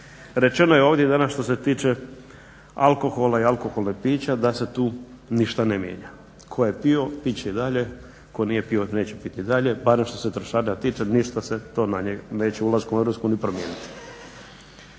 Rečeno je ovdje danas što se tiče alkohola i alkoholnih pića da se tu ništa ne mijenja. Tko je pio, pit će i dalje, tko nije pio neće piti dalje, barem što se trošarina tiče ništa se to neće ulaskom u Europsku uniju promijeniti.